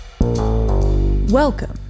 Welcome